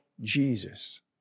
Jesus